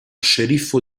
sceriffo